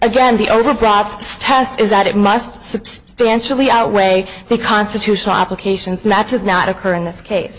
again the over prompts test is that it must substantially outweigh the constitutional applications matters not occur in this case